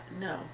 no